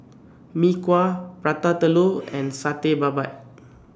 Mee Kuah Prata Telur and Satay Babat